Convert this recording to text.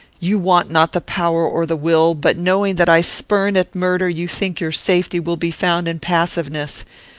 you want not the power or the will but, knowing that i spurn at murder, you think your safety will be found in passiveness.